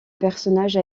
personnage